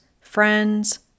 friends